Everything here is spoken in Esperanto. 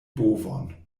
bovon